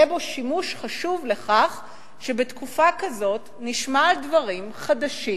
יהיה בו שימוש חשוב בכך שבתקופה כזאת נשמע על דברים חדשים,